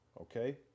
okay